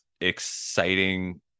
exciting